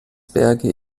berge